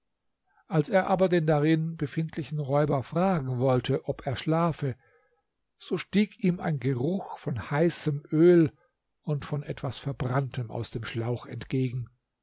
als er aber den darin befindlichen räuber fragen wollte ob er schlafe so stieg ihm ein geruch von heißem öl und von etwas verbranntem aus dem schlauch entgegen